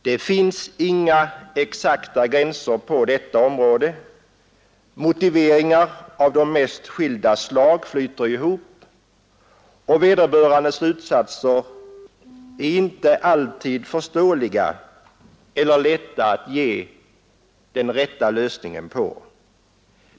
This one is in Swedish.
Det finns inga exakta gränser på detta område; motiveringar av de mest skilda slag flyter ihop och den sökandes slutsatser är inte alltid förståeliga eller lätta att ge den rätta lösningen på.